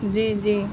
جی جی